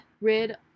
rid